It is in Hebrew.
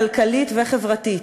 כלכלית וחברתית.